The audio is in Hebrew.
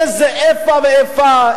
איזה איפה ואיפה,